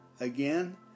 Again